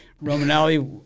Romanelli